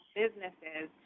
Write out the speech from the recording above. businesses